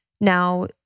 Now